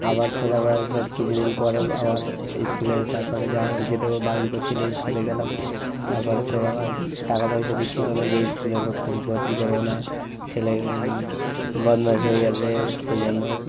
আবার ফের আবার ফের কিছুদিন পরে আবার স্কুলে তারপরে যাও যেতে বারণ করছিলো স্কুলে গেলাম তারপরে ফের আবার টাকা পয়সা দিচ্ছিলো না যে স্কুলে ভর্তি ভর্তি করবো না ছেলে বদমাস হয়ে গেছে সেই জন্য